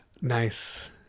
nice